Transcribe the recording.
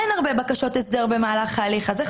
אין הרבה בקשות הסדר במהלך ההליך ולכן איך